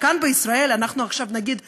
אז כאן בישראל אנחנו עכשיו נגיד לא,